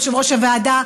יושב-ראש הוועדה,